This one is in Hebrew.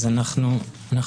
מכובדנו,